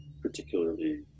particularly